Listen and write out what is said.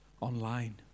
online